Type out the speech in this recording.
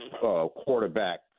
quarterback